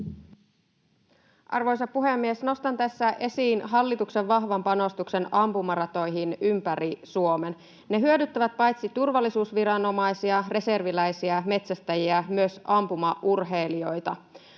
Arvoisa puhemies! Nostan tässä esiin hallituksen vahvan panostuksen ampumaratoihin ympäri Suomen. Ne hyödyttävät paitsi turvallisuusviranomaisia, reserviläisiä, metsästäjiä myös ampumaurheilijoita.